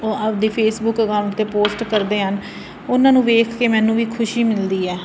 ਉਹ ਆਪਦੇ Facebook account 'ਤੇ ਪੋਸਟ ਕਰਦੇ ਹਨ ਉਹਨਾਂ ਨੂੰ ਵੇਖ ਕੇ ਮੈਨੂੰ ਵੀ ਖੁਸ਼ੀ ਮਿਲਦੀ ਹੈ